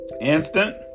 instant